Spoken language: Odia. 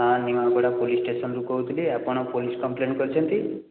ହଁ ନିମାପଡ଼ା ପୋଲିସ୍ ଷ୍ଟେସନ୍ରୁ କହୁଥିଲି ଆପଣ ପୋଲିସ୍ କମ୍ପ୍ଲେନ୍ କରିଛନ୍ତି